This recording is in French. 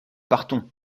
partons